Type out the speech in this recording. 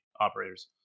operators